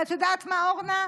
אבל את יודעת מה, אורנה?